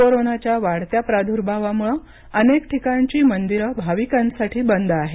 कोरोनाच्या वाढत्या प्रादुर्भावामुळे अनेक ठिकाणची मंदिरं भाविकांसाठी बंद आहेत